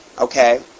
Okay